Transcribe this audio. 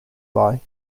buy